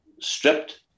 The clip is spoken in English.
stripped